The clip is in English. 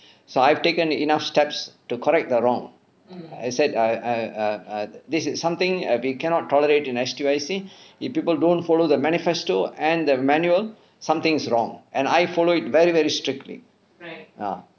so I've taken enough steps to correct the wrong I said I I err err this is something err we cannot tolerate in S_T_Y_C people don't follow the manifesto and the manual something's is wrong and I follow it very very strictly ah